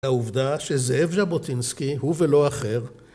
‫העובדה שזאב ז'בוטינסקי ‫הוא ולא אחר.